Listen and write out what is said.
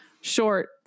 short